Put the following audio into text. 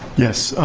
yes,